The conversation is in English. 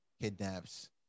kidnaps